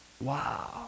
wow